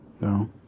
No